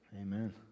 Amen